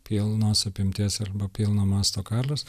pilnos apimties arba pilno masto karas